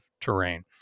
terrain